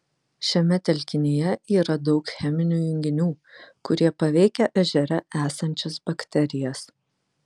šiame telkinyje yra daug cheminių junginių kurie paveikia ežere esančias bakterijas